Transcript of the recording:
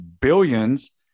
billions